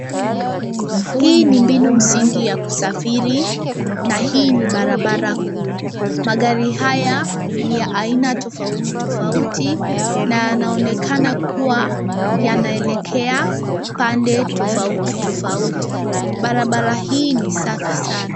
Hii ni mbinu msingi ya kusafiri na hii ni barabara kuu. Magari haya ni ya aina tofauti tofauti na yanaonekana kuwa yanalekea pande tofauti tofauti. Barabara hii ni safi sana.